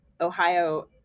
Ohio